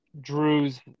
Drew's